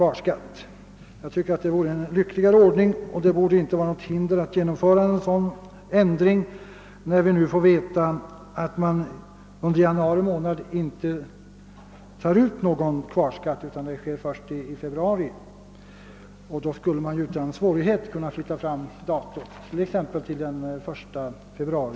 Det vore enligt min mening en lyckligare ordning. Det borde inte möta något hinder att genomföra en sådan ändring, när vi nu får veta, att man under januari månad inte tar ut någon kvar skatt utan att detta sker först i februari. Under sådana förhållanden skulle man ju utan svårighet kunna flytta fram datum för inbetalningen t.ex. till den 1 februari.